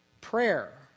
Prayer